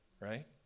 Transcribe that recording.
right